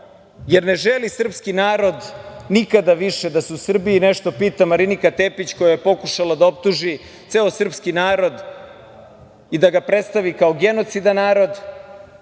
želi srpski narod nikada više da se u Srbiji nešto pita Marinika Tepić, koja je pokušala da optuži ceo srpski narod i da ga predstavi kao genocidan narod